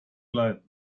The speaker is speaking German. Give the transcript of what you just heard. leiden